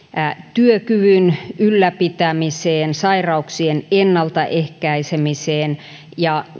työkyvyn ylläpitämiseen sairauksien ennaltaehkäisemiseen ja